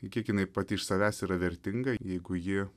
ir kiek jinai pati iš savęs yra vertinga jeigu ji